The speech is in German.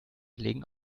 legen